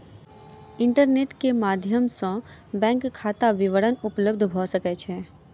internet के माध्यम सॅ बैंक खाता विवरण उपलब्ध भ सकै छै